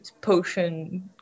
potion